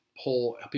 pull